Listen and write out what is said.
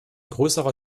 größerer